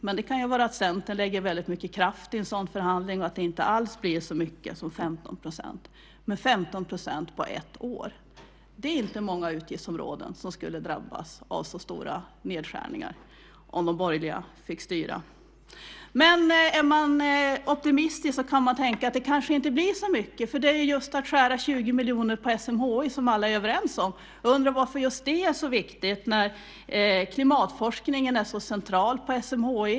Men det kan ju hända att Centern ägnar väldig kraft åt en sådan förhandling så att det inte alls blir så mycket som 15 %. Så stora nedskärningar som 15 % på ett år är det inte många utgiftsområden som skulle drabbas av om de borgerliga fick styra. Är man optimistisk kan man tänka att det kanske inte blir så mycket. Men jag undrar varför det är så viktigt att just skära ned med 20 miljoner kronor på SMHI, som alla är överens om. Klimatforskningen är ju så central på SMHI.